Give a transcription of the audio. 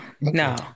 No